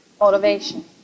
Motivation